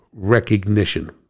Recognition